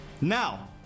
Now